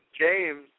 James